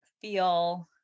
feel